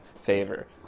favor